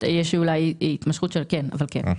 אולי יש התמשכות אבל כן.